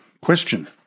Question